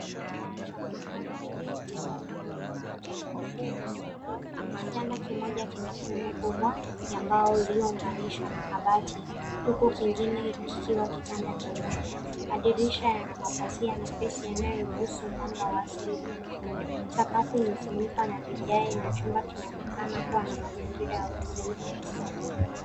Chumba cha kulala chenye vitanda viwili na kuta za rangi ya zambarau. Kitanda kimoja kina fremu kubwa ya mbao iliyounganishwa na kabati huku kingine kikiwa kitanda kimoja. Madirisha yana mapazia mepesi yanayoruhusu mwanga wa asili kuingia. Sakafu imefunikwa na vigae na chumba kinaonekana kuwa na mazingira ya utulivu.